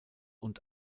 und